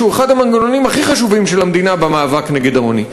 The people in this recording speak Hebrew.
שהוא אחד המנגנונים הכי חשובים של המדינה במאבק נגד העוני.